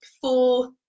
four